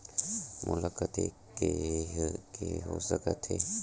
मोला कतेक के के हो सकत हे?